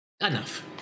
Enough